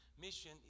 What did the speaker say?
Mission